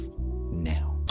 now